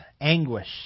Anguish